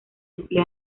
emplea